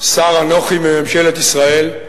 שר אנוכי בממשלת ישראל,